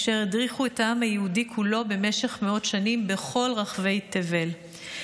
אשר הדריכו את העם היהודי כולו במשך מאות שנים בכל רחבי תבל.